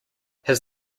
his